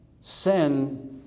sin